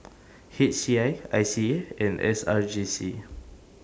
H C I I C A and S R J C